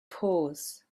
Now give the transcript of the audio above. pause